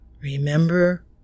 remember